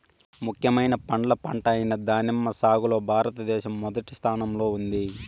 ముఖ్యమైన పండ్ల పంట అయిన దానిమ్మ సాగులో భారతదేశం మొదటి స్థానంలో ఉంది